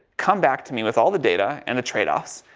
come back to me with all the data and the trade-offs,